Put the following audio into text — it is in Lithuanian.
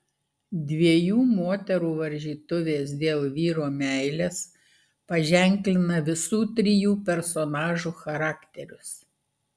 dviejų moterų varžytuvės dėl vyro meilės paženklina visų trijų personažų charakterius